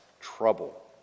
trouble